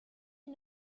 est